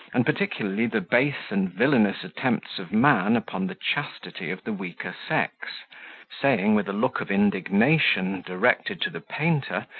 and particularly the base and villainous attempts of man upon the chastity of the weaker sex saying, with a look of indignation directed to the painter,